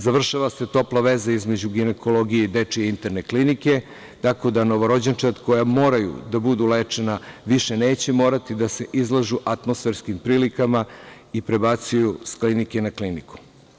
Završava se topla veza između ginekologije i Dečije interne klinike, tako da novorođenčad koja moraju da budu lečena više neće morati da se izlažu atmosferskim prilika,a i prebacuju sa klinike na kliniku.